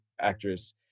actress